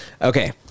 okay